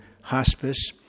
hospice